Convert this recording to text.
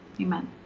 Amen